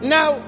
Now